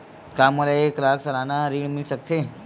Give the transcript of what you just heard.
का मोला एक लाख सालाना ऋण मिल सकथे?